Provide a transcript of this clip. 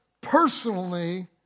personally